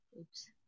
oops